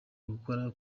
gukora